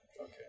okay